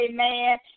Amen